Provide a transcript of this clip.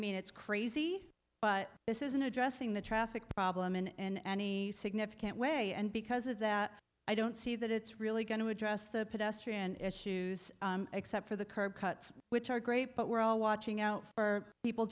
mean it's crazy but this isn't addressing the traffic problem in any significant way and because of that i don't see that it's really going to address the pedestrian issues except for the curb cuts which are great but we're all watching out for people